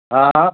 हा हा